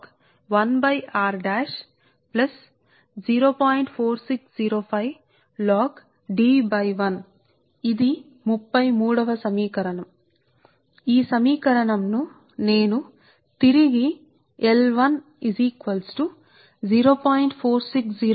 కాబట్టి మీరు ఏమి చేయగలరు మీరేమి చేస్తారంటే నేను ఇక్కడ దానిని పెడుతున్నా ఇలా చూడండి కొంచెం ఆగండి ఈ సమీకరణం 33 ఇది ఇలా వ్రాయబడినది నేను 33 సమీకరణాన్ని మళ్ళీ వ్రాస్తున్నాను 33 నేను సమీకరణాన్ని తిరిగి వ్రాస్తున్నాను 33 సరే కాబట్టి ఈ సందర్భంలో ఈ సందర్భంలో మ L L1 0